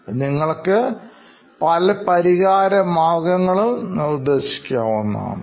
ഈ ആളുകളുടെ ജീവിതം മെച്ചപ്പെടുത്താൻ നിങ്ങൾക്ക് പല പരിഹാരമാർഗ്ഗങ്ങളും നിർദ്ദേശിക്കാവുന്നതാണ്